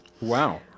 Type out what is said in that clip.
wow